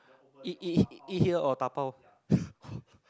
eat eat eat here or dabao